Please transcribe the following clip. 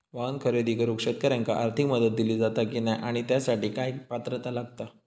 वाहन खरेदी करूक शेतकऱ्यांका आर्थिक मदत दिली जाता की नाय आणि त्यासाठी काय पात्रता लागता?